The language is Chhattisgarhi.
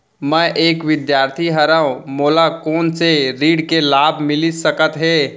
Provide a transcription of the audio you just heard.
मैं एक विद्यार्थी हरव, मोला कोन से ऋण के लाभ मिलिस सकत हे?